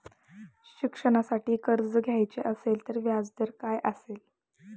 शिक्षणासाठी कर्ज घ्यायचे असेल तर व्याजदर काय असेल?